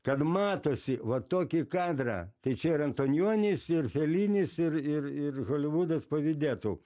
kad matosi va tokį kadrą tai čia ir antonionis ir felinis ir ir ir holivudas pavydėtų